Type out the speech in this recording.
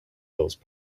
those